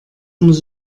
muss